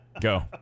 Go